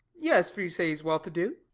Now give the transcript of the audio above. yes, for you say he's well-to-do.